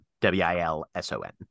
w-i-l-s-o-n